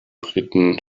briten